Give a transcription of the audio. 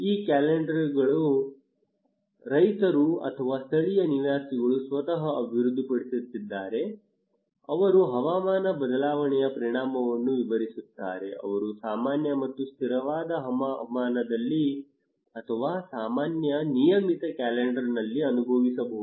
ಈ ಕ್ಯಾಲೆಂಡರ್ ಅನ್ನು ರೈತರು ಅಥವಾ ಸ್ಥಳೀಯ ನಿವಾಸಿಗಳು ಸ್ವತಃ ಅಭಿವೃದ್ಧಿಪಡಿಸಿದ್ದಾರೆ ಅವರು ಹವಾಮಾನ ಬದಲಾವಣೆಯ ಪರಿಣಾಮವನ್ನು ವಿವರಿಸುತ್ತಾರೆ ಅವರು ಸಾಮಾನ್ಯ ಮತ್ತು ಸ್ಥಿರವಾದ ಹವಾಮಾನದಲ್ಲಿ ಅಥವಾ ಸಾಮಾನ್ಯ ನಿಯಮಿತ ಕ್ಯಾಲೆಂಡರ್ ನಲ್ಲಿ ಅನುಭವಿಸಬಹುದು